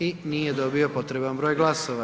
I nije dobio potreban broj glasova.